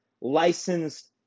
licensed